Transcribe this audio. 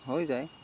হৈ যায়